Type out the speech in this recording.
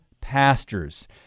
pastors